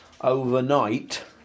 overnight